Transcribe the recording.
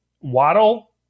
Waddle